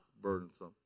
burdensome